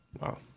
Wow